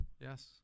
Yes